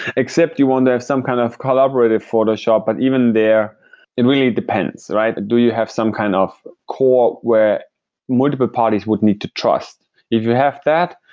except you want to have some kind of collaborative photoshop, but even there it really depends. do you have some kind of core where multiple parties would need to trust? if you have that,